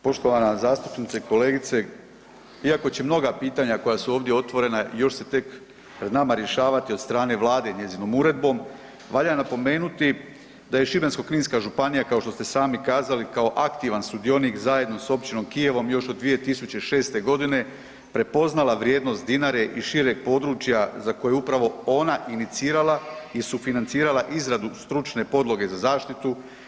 Poštovana zastupnice, kolegice iako će mnoga pitanja koja su ovdje otvorena još se tek pred nama rješavati od strane Vlade i njezinom uredbom, valja napomenuti da je Šibensko-kninska županija kao što ste sami kazali kao aktivan sudionik zajedno sa općinom Kijevom još od 2006. godine prepoznala vrijednost Dinare i šireg područja za koje je upravo ona inicirala i sufinancirala izradu stručne podloge za zaštitu.